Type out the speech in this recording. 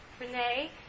Renee